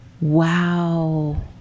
Wow